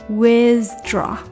withdraw